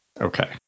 Okay